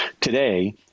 Today